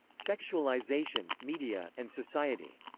sexualization, media, and society.